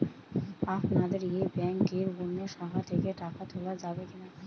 আপনাদের এই ব্যাংকের অন্য শাখা থেকে টাকা তোলা যাবে কি না?